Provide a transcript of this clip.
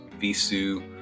Visu